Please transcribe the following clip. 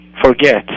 forget